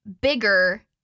bigger